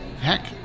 Heck